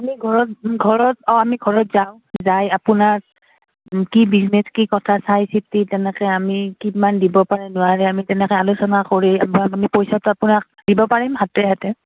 আমি ঘৰত ঘৰত অঁ আমি ঘৰত যাওঁ যাই আপোনাৰ কি বিজনেছ কি কথা চাই চিতি তেনেকৈ আমি কিমান দিব পাৰে নোৱাৰে আমি তেনেকৈ আলোচনা কৰি আমাৰ মানে পইচাটো আপোনাক দিব পাৰিম হাতে হাতে